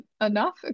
enough